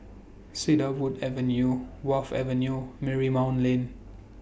Cedarwood Avenue Wharf Avenue Marymount Lane